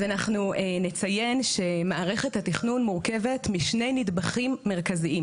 אז אנחנו נציין שמערכת התכנון מורכבת משני נדבכים מרכזיים: